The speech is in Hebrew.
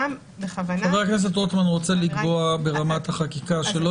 חבר הכנסת רוטמן רוצה לקבוע ברמת החקיקה שלא